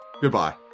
Goodbye